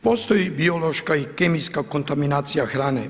Postoji biološka i kemijska kontaminacija hrane.